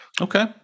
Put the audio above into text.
Okay